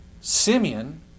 Simeon